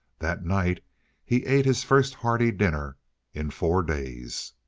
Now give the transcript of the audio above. that night he ate his first hearty dinner in four days.